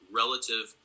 relative